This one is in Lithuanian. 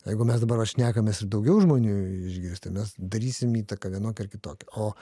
jeigu mes dabar va šnekamės ir daugiau žmonių išgirs tai mes darysim įtaką vienokią ar kitokią o